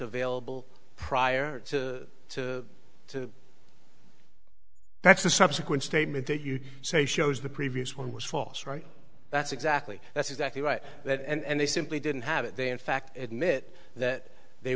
available prior to the subsequent statement that you say shows the previous one was false right that's exactly that's exactly right that and they simply didn't have it they in fact admit that they